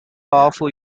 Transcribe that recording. powerful